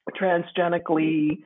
transgenically –